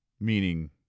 meaning